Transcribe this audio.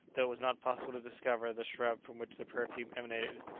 though it was not possible to discover the shrub from which the perfume emanated.